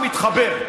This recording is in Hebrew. מתחבר.